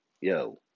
Yo